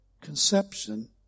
conception